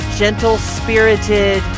gentle-spirited